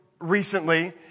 recently